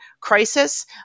crisis